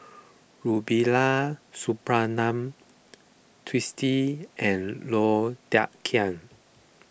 Rubiah Suparman Twisstii and Low Thia Khiang